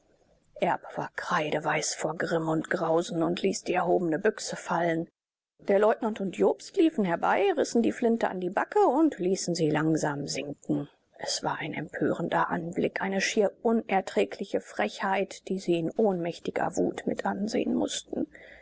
erb war kreideweiß vor grimm und grausen und ließ die erhobene büchse fallen der leutnant und jobst liefen herbei rissen die flinte an die backe und ließen sie langsam sinken es war ein empörender anblick eine schier unerträgliche frechheit die sie in ohnmächtiger wut mit ansehen mußten